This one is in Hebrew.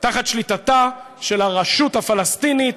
תחת שליטתה של הרשות הפלסטינית,